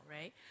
right